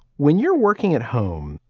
when you're working at home,